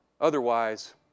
Otherwise